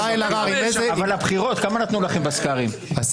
אלהרר, בבקשה.